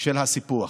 של הסיפוח.